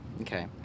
Okay